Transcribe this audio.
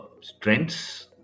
strengths